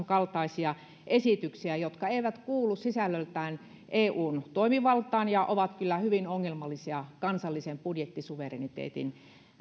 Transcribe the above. kaltaisia esityksiä jotka eivät kuulu sisällöltään eun toimivaltaan ja ovat kyllä hyvin ongelmallisia kansallisen budjettisuvereniteetin